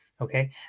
Okay